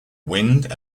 wind